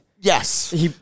Yes